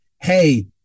hey